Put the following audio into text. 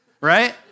right